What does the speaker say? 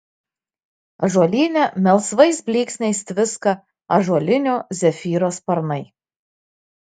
ąžuolyne melsvais blyksniais tviska ąžuolinio zefyro sparnai